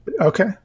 Okay